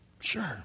Sure